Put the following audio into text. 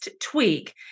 tweak